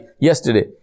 yesterday